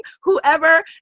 whoever